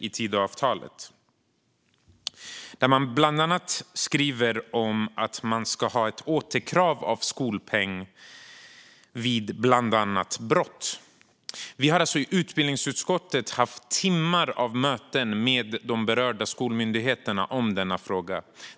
I Tidöavtalet skriver man bland annat att man ska ha ett återkrav på skolpengen vid bland annat brott. Vi har i utbildningsutskottet haft timmar av möten med de berörda skolmyndigheterna om denna fråga.